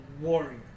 warrior